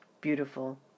Beautiful